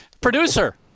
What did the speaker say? Producer